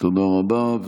תודה רבה.